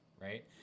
right